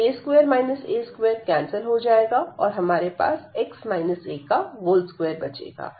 तो a2 a2 cancel हो जाएगा और हमारे पास 2 बचेगा